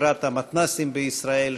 החברה למתנ"סים בישראל,